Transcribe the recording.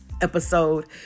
episode